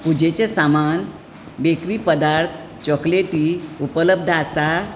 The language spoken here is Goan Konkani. पुजेचें सामान बेकरी पदार्थ चॉकलेटी उपलब्ध आसा